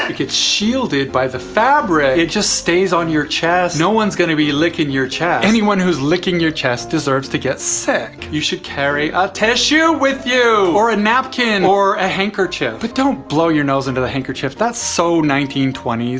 gets shielded by the fabric. it just stays on your chest. one is going to be licking your chest. anyone who's licking your chest deserves to get sick. you should carry a tissue with you. or a napkin. or a handkerchief. but, don't blow your nose into the handkerchief. that's so nineteen twenty s.